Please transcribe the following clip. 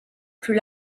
plus